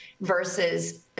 versus